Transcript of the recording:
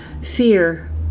fear